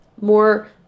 more